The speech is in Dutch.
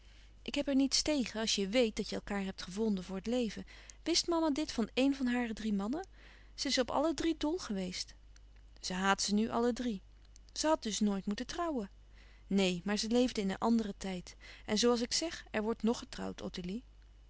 ik heb er niets tegen als je wéet dat je elkaâr hebt gevonden voor het leven wist mama dit van éen van haar drie mannen ze is op alle drie dol geweest louis couperus van oude menschen de dingen die voorbij gaan ze haat ze nu alle drie ze had dus nooit moeten trouwen neen maar ze leefde in een anderen tijd en zoo als ik zeg er wordt ng getrouwd ottilie